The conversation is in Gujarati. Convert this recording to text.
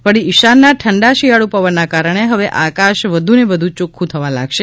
વળી ઇશાનના ઠંડા શિયાળ્ પવનના કારણે હવે આકાશ વધુને વધુ ચોખ્ખુ થવા લાગશે